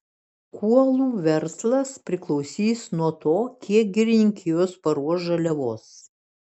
kuolų verslas priklausys nuo to kiek girininkijos paruoš žaliavos